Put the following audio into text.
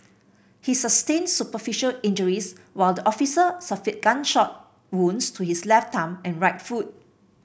he sustained superficial injuries while the officer suffered gunshot wounds to his left thumb and right foot